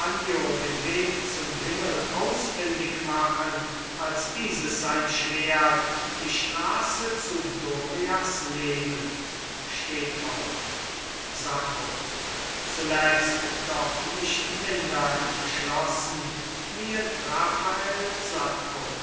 den weg zum himmel ausfindig machen als dieses sein schwert die straße zu dorias leben steht auf sacco zuletzt doch nicht minder entschlossen kniet raphael sacco